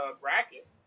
bracket